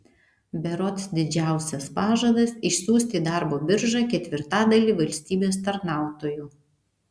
berods didžiausias pažadas išsiųsti į darbo biržą ketvirtadalį valstybės tarnautojų